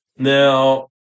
Now